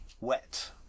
wet